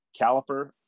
caliper